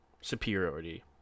superiority